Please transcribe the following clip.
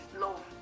love